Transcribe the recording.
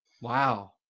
Wow